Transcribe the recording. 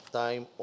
time